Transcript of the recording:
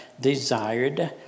desired